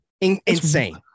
Insane